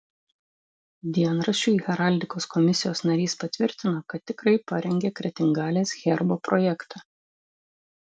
dienraščiui heraldikos komisijos narys patvirtino kad tikrai parengė kretingalės herbo projektą